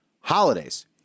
Holidays